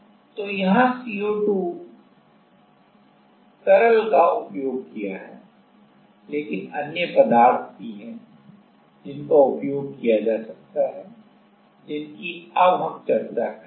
तो यहां तरल CO2 का उपयोग किया है लेकिन अन्य पदार्थ भी है जिनका उपयोग किया जा सकता है जिनकी अब हम चर्चा करेंगे